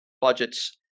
budgets